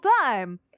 time